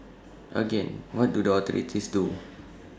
again what do the authorities do